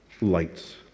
lights